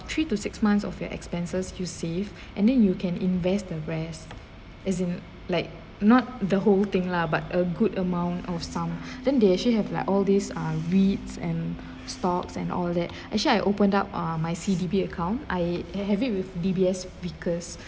three to six months of your expenses you save and then you can invest the rest as in like not the whole thing lah but a good amount of some then they actually have like all these are reads and stocks and all that actually I opened up my C_D_P account I have it with D_B_S vickers